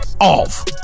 off